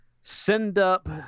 send-up